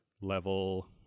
level